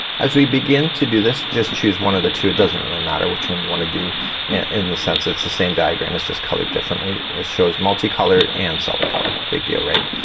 as we begin to do this just choose one of the two it doesn't really matter which one you wanna do in the sense it's the same diagram. it's just colored differently. it shows multi color and solid color. big deal, right?